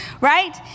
right